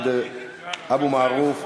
אבו מערוף,